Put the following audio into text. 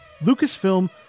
Lucasfilm